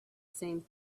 same